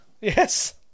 yes